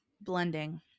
blending